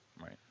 Right